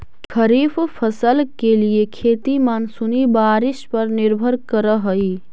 खरीफ फसल के लिए खेती मानसूनी बारिश पर निर्भर करअ हई